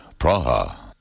Praha